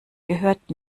gehört